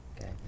okay